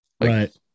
Right